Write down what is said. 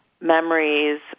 memories